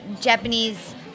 Japanese